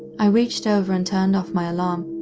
i reached over and turned off my alarm,